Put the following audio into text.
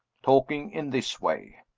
talking in this way.